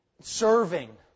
serving